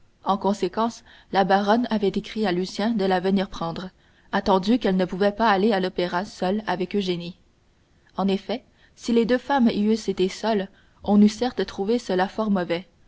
en conséquence la baronne avait écrit à lucien de la venir prendre attendu qu'elle ne pouvait pas aller à l'opéra seule avec eugénie en effet si les deux femmes y eussent été seules on eût certes trouvé cela fort mauvais